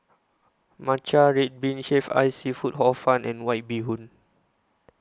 Matcha Red Bean Shaved Ice Seafood Hor Fun and White Bee Hoon